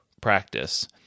practice